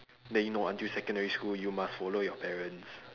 then you know until secondary school you must follow your parents